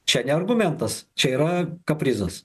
čia ne argumentas čia yra kaprizas